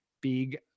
big